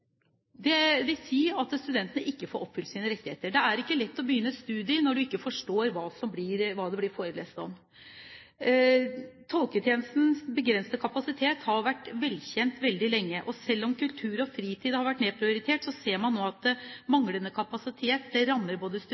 Det vil si at studentene ikke får oppfylt sine rettigheter. Det er ikke lett å begynne studier når du ikke forstår hva det blir forelest om. Tolketjenestens begrensede kapasitet har vært velkjent veldig lenge. Selv om kultur og fritid har vært nedprioritert, ser man nå at manglende kapasitet rammer både